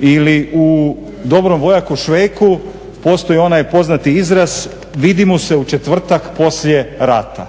Ili u …/Ne razumije se./… postoji onaj poznati izraz vidimo se u četvrtak poslije rata,